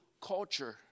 culture